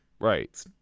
Right